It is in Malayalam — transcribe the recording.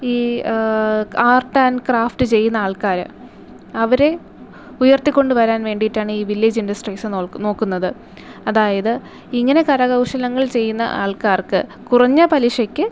ഈ ആർട്ട് ആൻഡ് ക്രാഫ്റ്റ് ചെയ്യുന്ന ആൾക്കാരെ അവരെ ഉയർത്തി കൊണ്ട് വരാൻ വേണ്ടിയിട്ടാണ് ഈ വില്ലേജ് ഇൻഡസ്ട്രീസ് നോക്കുന്നത് അതായത് ഇങ്ങനെ കര കൗശലങ്ങൾ ചെയ്യുന്ന ആൾക്കാർക്ക് കുറഞ്ഞ പലിശയ്ക്ക്